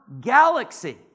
galaxy